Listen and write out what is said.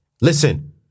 Listen